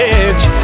edge